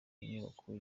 inyubako